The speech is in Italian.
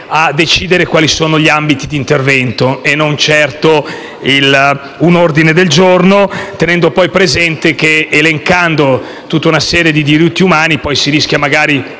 a decidere quali siano gli ambiti di intervento, e non certo un ordine del giorno, tenendo altresì presente che elencando una serie di diritti umani si rischia di